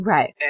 Right